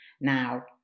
now